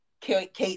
Kate